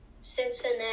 Cincinnati